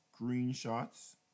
screenshots